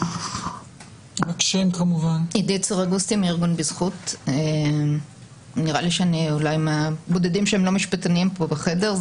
נראה לי שאולי אני מהבודדים שהם לא משפטנים פה בחדר,